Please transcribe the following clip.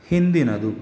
ಹಿಂದಿನದು